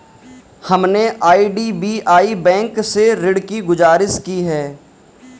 हमने IDBI bank से ऋण की गुजारिश की है